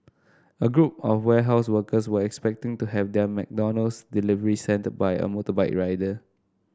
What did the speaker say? a group of warehouse workers were expecting to have their McDonald's delivery send by a motorbike rider